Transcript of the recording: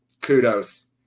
kudos